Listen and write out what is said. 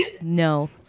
No